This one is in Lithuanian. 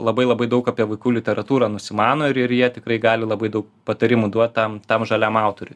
labai labai daug apie vaikų literatūrą nusimano ir ir jie tikrai gali labai daug patarimų duot tam tam žaliam autoriui